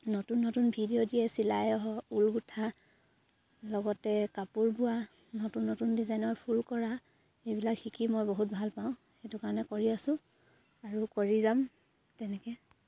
নতুন নতুন ভিডিঅ' দিয়ে চিলাই হওক ঊল গোঁঠা লগতে কাপোৰ বোৱা নতুন নতুন ডিজাইনৰ ফুল কৰা এইবিলাক শিকি মই বহুত ভাল পাওঁ সেইটো কাৰণে কৰি আছোঁ আৰু কৰি যাম তেনেকৈ